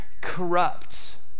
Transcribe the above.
corrupt